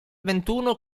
ventuno